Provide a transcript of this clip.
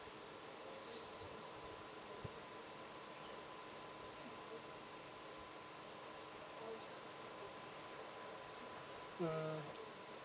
hmm